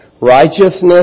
righteousness